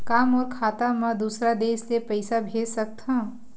का मोर खाता म दूसरा देश ले पईसा भेज सकथव?